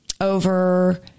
over